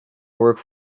work